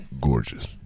Gorgeous